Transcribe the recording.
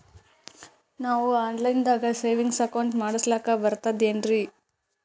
ನಾವು online ದಾಗ savings account ಮಾಡಸ್ಲಾಕ ಬರ್ತದೇನ್ರಿ?